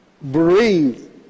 bring